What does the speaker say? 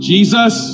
Jesus